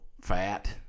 fat